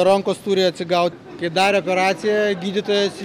rankos turi atsigaut kai darė operaciją gydytojas